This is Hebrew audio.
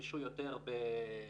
ירכשו יותר בדולרים,